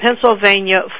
Pennsylvania